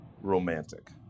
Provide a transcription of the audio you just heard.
romantic